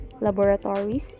laboratories